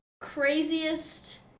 craziest